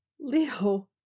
Leo